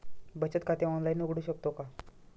बचत खाते ऑनलाइन उघडू शकतो का?